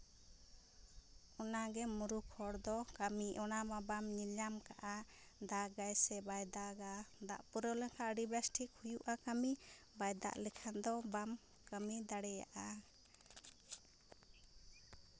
ᱚᱱᱟᱜᱮ ᱢᱩᱨᱩᱠ ᱦᱚᱲ ᱫᱚ ᱠᱟᱹᱢᱤ ᱚᱱᱟᱢᱟ ᱵᱟᱢ ᱧᱮᱞᱧᱟᱢ ᱠᱟᱜᱼᱟ ᱫᱟᱜᱟᱭ ᱥᱮ ᱵᱟᱭ ᱫᱟᱜᱟ ᱫᱟᱜ ᱯᱩᱨᱟᱹᱧ ᱞᱮᱠᱷᱟᱱ ᱟᱹᱰᱤ ᱵᱮᱹᱥ ᱴᱷᱤᱠ ᱦᱩᱭᱩᱜᱼᱟ ᱠᱟᱹᱢᱤ ᱵᱟᱭ ᱫᱟᱜ ᱞᱮᱠᱷᱟᱱ ᱫᱚ ᱵᱟᱢ ᱠᱟᱹᱢᱤ ᱫᱟᱲᱮᱭᱟᱜᱼᱟ